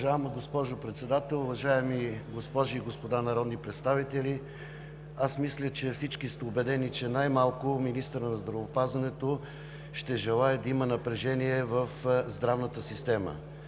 Уважаема госпожо Председател, уважаеми госпожи и господа народни представители! Аз мисля, че всички сте убедени, че най-малко министърът на здравеопазването ще желае да има напрежение в здравната система.